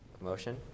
Motion